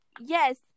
yes